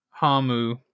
Hamu